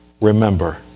Remember